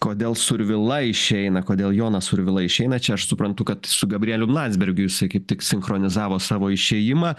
kodėl survila išeina kodėl jonas survila išeina čia aš suprantu kad su gabrieliu landsbergiu jisai kaip tik sinchronizavo savo išėjimą